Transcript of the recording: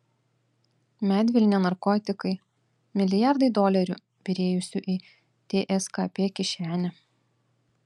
medvilnė narkotikai milijardai dolerių byrėjusių į tskp kišenę